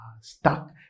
stuck